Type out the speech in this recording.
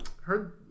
Heard